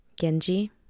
Genji